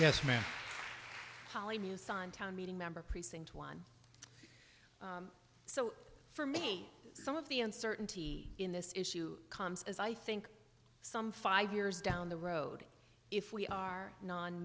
yes ma'am holly muse on town meeting member precinct one so for me some of the uncertainty in this issue comes as i think some five years down the road if we are